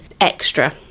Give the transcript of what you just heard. extra